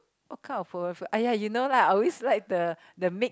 what kind of polo food !aiya! you know lah I always like the the mix